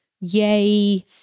yay